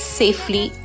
safely